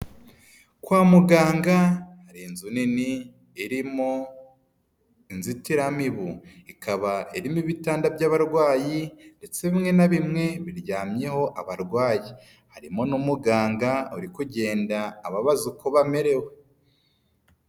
Kwa muganga hari inzu nini irimo inzitiramibu, ikaba irimo ibitanda by'abarwayi ndetse bimwe na bimwe biryamyeho abarwayi, harimo n'umuganga uri kugenda ababaza uko bamerewe.